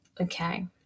okay